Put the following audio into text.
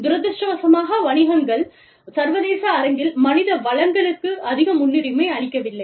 துரதிர்ஷ்டவசமாக வணிகங்கள் சர்வதேச அரங்கில் மனித வளங்களுக்கு அதிக முன்னுரிமை அளிக்கவில்லை